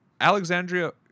alexandria